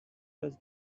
does